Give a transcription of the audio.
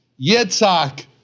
Yitzhak